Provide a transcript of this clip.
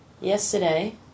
yesterday